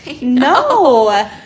no